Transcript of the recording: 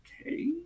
Okay